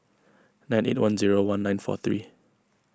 nine eight one zero one nine four three